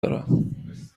دارم